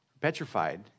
petrified